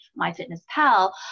MyFitnessPal